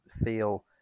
feel